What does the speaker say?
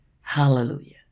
hallelujah